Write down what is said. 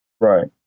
Right